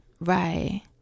Right